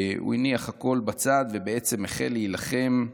הוא הניח הכול בצד והחל להילחם,